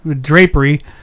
drapery